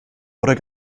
oder